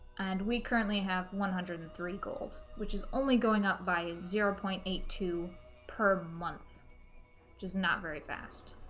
and we currently have one hundred and three gold which is only going up by zero point eight two per month just not very fast